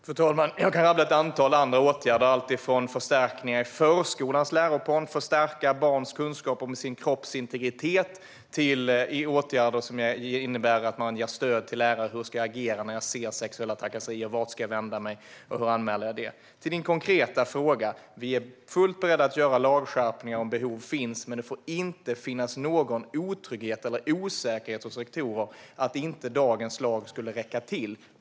Fru talman! Jag kan rabbla ett antal andra åtgärder, alltifrån förstärkningar i förskolans läroplan för att stärka barns kunskap om kroppsintegritet till åtgärder som innebär att ge stöd till lärare som ska agera när de ser sexuella trakasserier, vart de ska vända sig och hur de anmäler. Jag går över till Ida Drougges konkreta fråga. Vi är fullt beredda att föreslå lagskärpningar om behov finns, men det får inte finnas någon otrygghet eller osäkerhet hos rektorer om att dagens lag räcker till.